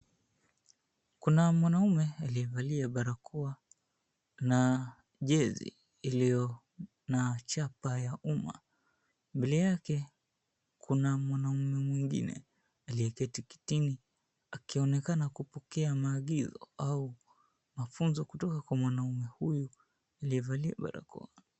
Kuna mwanaume aliyevalia barakoa na jezi iliyo na chapa ya umma. Mbele yake kuna mwanaume mwingine aliyeketi kitini akionekana kupokea maagizo au mafunzo kutoka kwa mwanaume huyu aliyevalia barakoa.